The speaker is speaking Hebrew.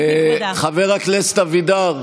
כנסת נכבדה, חבר הכנסת אבידר,